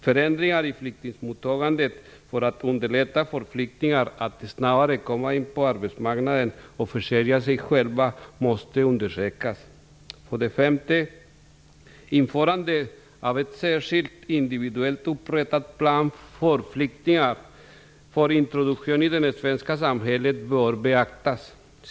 Förändringar i flyktingmottagandet för att underlätta för flyktingar att snabbare komma in på arbetsmarknaden och försörja sig själva måste undersökas. För det femte: Införandet av en särskild individuellt upprättad plan för flyktingar för introduktion i det svenska samhället bör beaktas.